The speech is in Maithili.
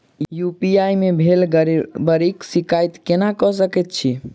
यु.पी.आई मे भेल गड़बड़ीक शिकायत केना कऽ सकैत छी?